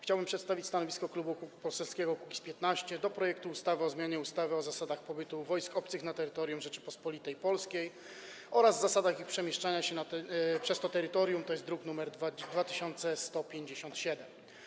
Chciałbym przedstawić stanowisko Klubu Poselskiego Kukiz’15 wobec projektu ustawy o zmianie ustawy o zasadach pobytu wojsk obcych na terytorium Rzeczypospolitej Polskiej oraz zasadach ich przemieszczania się przez to terytorium, druk nr 2157.